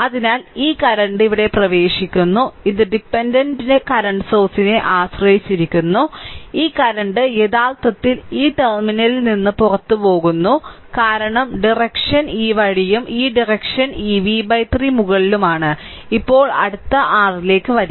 അതിനാൽ ഈ കറന്റ് ഇവിടെ പ്രവേശിക്കുന്നു ഇത് ഡിപെൻഡന്റ് കറന്റ് സോഴ്സ് ആശ്രയിച്ചിരിക്കുന്നു അതിനാൽ ഈ കറന്റ് യഥാർത്ഥത്തിൽ ഈ ടെർമിനലിൽ നിന്ന് പുറത്തുപോകുന്നു കാരണം ഡിറക്ഷൻ ഈ വഴിയും ഈ ഡിറക്ഷൻ ഈ v 3 മുകളിലുമാണ് ഇപ്പോൾ അടുത്തത് r ലേക്ക് വരിക